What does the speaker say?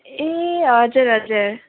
ए हजुर हजुर